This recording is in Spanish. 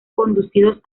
conducidos